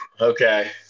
okay